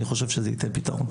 אני חושב שזה ייתן פתרון.